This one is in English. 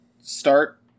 start